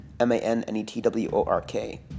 M-A-N-N-E-T-W-O-R-K